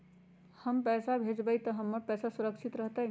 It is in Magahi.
हम पैसा भेजबई तो हमर पैसा सुरक्षित रहतई?